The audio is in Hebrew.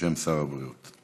בשם שר הבריאות.